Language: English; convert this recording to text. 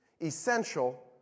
essential